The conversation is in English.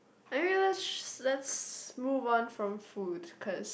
okay let's let's move on from food cause